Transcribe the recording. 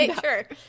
Sure